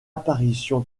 apparition